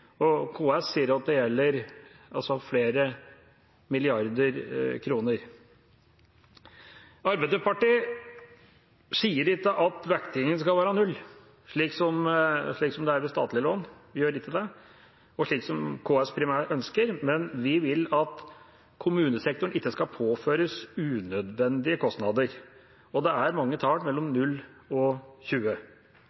KS sier at det gjelder flere milliarder kroner. Arbeiderpartiet sier ikke at vektinga skal være 0, slik som det er ved statlige lån, og slik som KS primært ønsker, men vi vil at kommunesektoren ikke skal påføres unødvendige kostnader. Og det er mange tall mellom